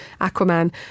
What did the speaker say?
aquaman